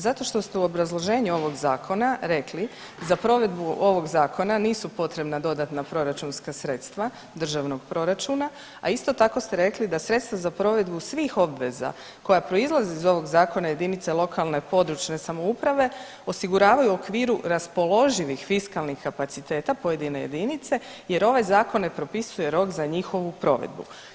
Zato što ste u obrazloženju ovog zakona rekli, za provedbu ovog zakona nisu potrebna dodatna proračunska sredstva državnog proračuna, a isto tako ste rekli da sredstva za provedbu svih obveza koja proizlaze iz ovog zakona, jedinice lokalne (područne) samouprave osiguravaju u okviru raspoloživih fiskalnih kapaciteta pojedine jedinice jer ovaj zakon ne propisuje rok za njihovu provedbu.